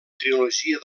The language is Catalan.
trilogia